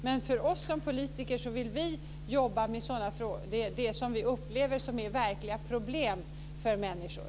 Men vi som politiker vill jobba med det som vi upplever som verkliga problem för människor.